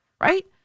right